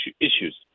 issues